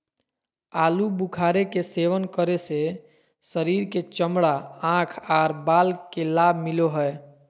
आलू बुखारे के सेवन करे से शरीर के चमड़ा, आंख आर बाल के लाभ मिलो हय